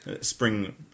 Spring